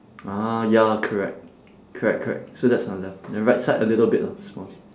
ah ya correct correct correct so that's on left then right side a little bit lah small